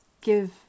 give